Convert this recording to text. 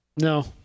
No